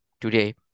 today